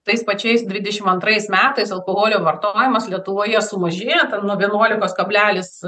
tais pačiais dvidešimt antrais metais alkoholio vartojimas lietuvoje sumažėjo nuo vienuolikos kablelis